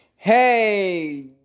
Hey